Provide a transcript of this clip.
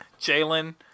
Jalen